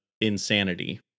insanity